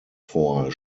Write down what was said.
vor